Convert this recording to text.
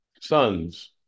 sons